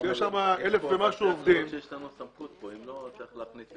והוא צריך לטפל בזה